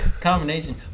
combination